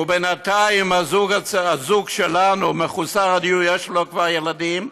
ובינתיים הזוג שלנו מחוסר הדיור, יש לו כבר ילדים,